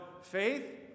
faith